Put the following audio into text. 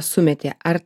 sumeti ar